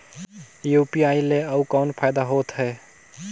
UPI ले अउ कौन फायदा होथ है?